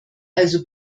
also